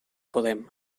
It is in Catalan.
podem